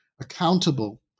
accountable